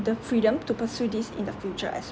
the freedom to pursue this in the future as